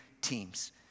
teams